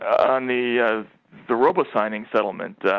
on the ah. the robot signing settlement